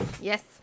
Yes